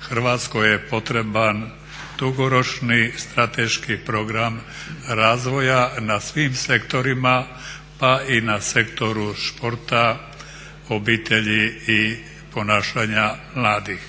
Hrvatskoj je potreban dugoročni strateški program razvoja na svim sektorima, pa i na sektoru sporta, obitelji i ponašanja mladih.